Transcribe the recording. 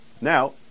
Now